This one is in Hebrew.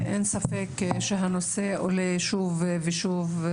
אין ספק שהנושא עולה שוב ושוב,